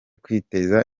kwiteza